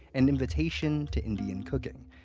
an invitation to indian cooking.